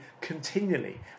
continually